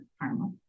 karma